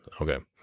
Okay